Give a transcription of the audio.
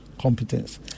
competence